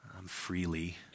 freely